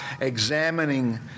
examining